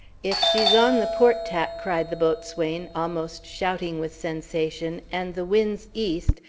if she's on the port tack, cried the boatswain, almost shouting with sensation, and the wind's east,